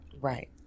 Right